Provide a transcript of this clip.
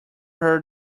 heard